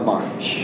March